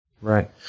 Right